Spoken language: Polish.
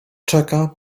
czeka